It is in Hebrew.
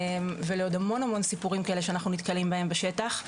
ולעוד המון סיפורים כאלה שאנחנו נתקלים בהם בשטח.